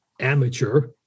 amateur